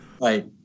Right